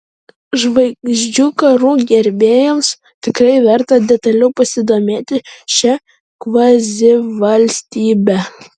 žvaigždžių karų gerbėjams tikrai verta detaliau pasidomėti šia kvazivalstybe